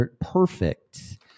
perfect